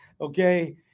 okay